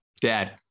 Dad